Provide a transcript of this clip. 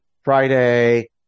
Friday